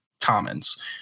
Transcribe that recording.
commons